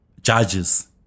judges